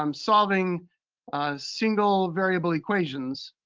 um solving single variable equations,